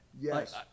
Yes